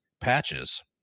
patches